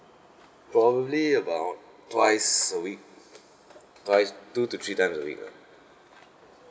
probably about twice a week twice two to three times a week ah